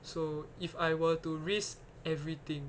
so if I were to risk everything